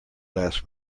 last